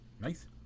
nice